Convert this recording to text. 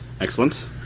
Excellent